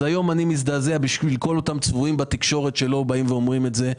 אז היום אני מזדעזע בשביל כל אותם צבועים בתקשורת שלא אומרים את זה.